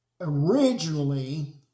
Originally